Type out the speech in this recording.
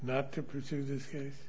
not to pursue this case